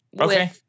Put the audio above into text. Okay